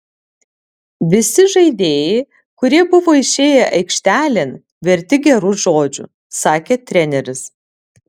visi žaidėjai kurie buvo išėję aikštelėn verti gerų žodžių sakė treneris